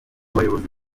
bayobozi